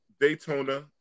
Daytona